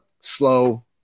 slow